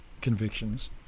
Convictions